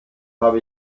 habe